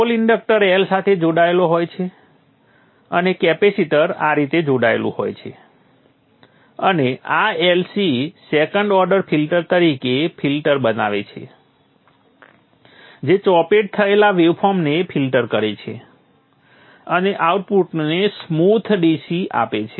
pole inductor L સાથે જોડાયેલો હોય છે અને કેપેસિટર આ રીતે જોડાયેલું હોય છે અને આ LC સેકન્ડ ઓર્ડર ફિલ્ટર તરીકે ફિલ્ટર બનાવે છે જે ચોપેડ થયેલા વેવ ફોર્મને ફિલ્ટર કરે છે અને આઉટપુટને સ્મૂથ DC આપે છે